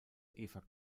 eva